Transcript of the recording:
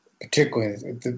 particularly